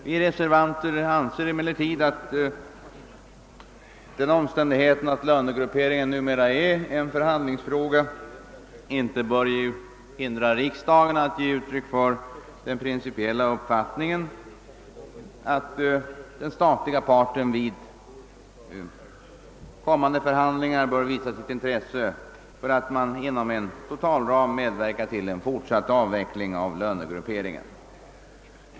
Vi reservanter anser emellertid att den omständigheten att lönegrupperingen numera är en förhandlingsfråga inte bör hindra riksdagen att ge uttryck för den principiella uppfattningen att den statliga parten vid kommande förhandlingar bör visa sitt intresse för att inom en totalram medverka till en fortsatt avveckling av lönegrupperingen.